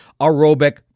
aerobic